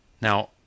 Now